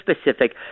specific